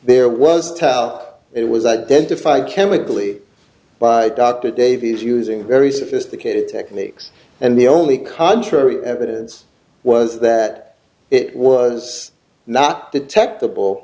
towel it was identified chemically by dr davies using very sophisticated techniques and the only contrary evidence was that it was not detectable